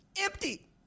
empty